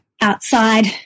outside